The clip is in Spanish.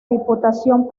diputación